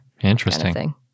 interesting